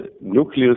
nucleus